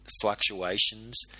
fluctuations